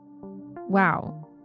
Wow